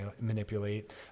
manipulate